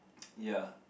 ya